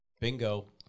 Bingo